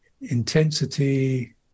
intensity